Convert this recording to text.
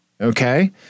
Okay